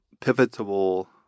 pivotal